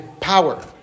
power